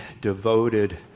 devoted